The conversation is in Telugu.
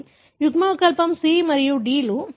యుగ్మవికల్పం C మరియు D